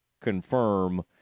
confirm